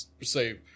say